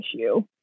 issue